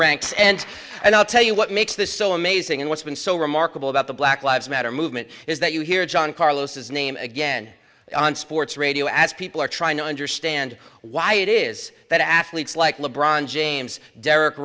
ranks and i'll tell you what makes this so amazing and what's been so remarkable about the black lives matter movement is that you hear john carlos his name again on sports radio as people are trying to understand why it is that athletes like le bron james der